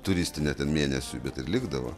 turistinę ten mėnesiui bet ir likdavo